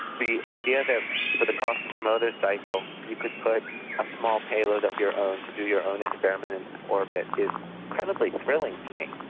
the idea that for the cost of a motorcycle you could put a small payload of your own to do your own experiment in orbit is incredibly thrilling to me.